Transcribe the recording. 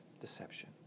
Deception